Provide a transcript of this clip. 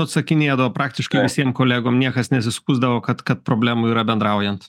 atsakinėdavo praktiškai visiem kolegom niekas nesiskųsdavo kad kad problemų yra bendraujant